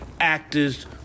actors